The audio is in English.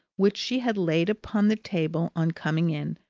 which she had laid upon the table on coming in,